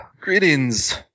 Greetings